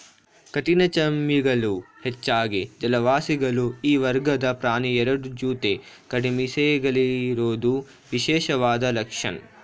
ಕಠಿಣಚರ್ಮಿಗಳು ಹೆಚ್ಚಾಗಿ ಜಲವಾಸಿಗಳು ಈ ವರ್ಗದ ಪ್ರಾಣಿ ಎರಡು ಜೊತೆ ಕುಡಿಮೀಸೆಗಳಿರೋದು ವಿಶೇಷವಾದ ಲಕ್ಷಣ